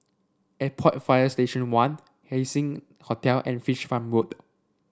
Airport Fire Station One Haising Hotel and Fish Farm Road